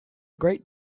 great